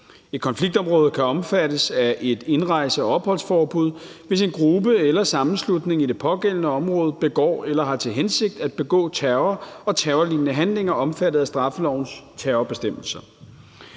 Et konfliktområde kan omfattes af et indrejse- og opholdsforbud, hvis en gruppe eller sammenslutning i det pågældende område begår eller har til hensigt at begå terror og terrorlignende handlinger omfattet af straffelovens terrorbestemmelser.